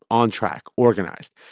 on track, organized,